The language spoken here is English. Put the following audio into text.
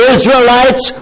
Israelites